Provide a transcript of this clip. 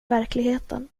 verkligheten